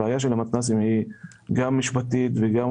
הבעיה של המתנ"סים היא גם משפטית וגם